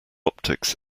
optics